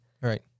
Right